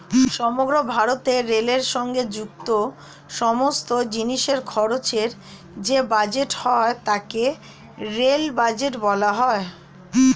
সমগ্র ভারতে রেলের সঙ্গে যুক্ত সমস্ত জিনিসের খরচের যে বাজেট হয় তাকে রেল বাজেট বলা হয়